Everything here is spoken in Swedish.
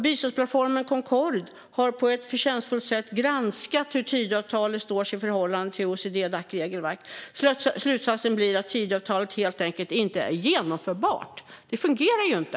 Biståndsplattformen Concord har på ett förtjänstfullt sätt granskat hur Tidöavtalet står sig i förhållande till OECD-Dacs regelverk. Slutsatsen blir att Tidöavtalet helt enkelt inte är genomförbart. Det fungerar inte.